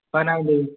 பதினாறாந்தேதி